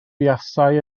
buasai